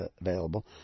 available